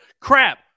Crap